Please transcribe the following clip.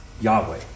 Yahweh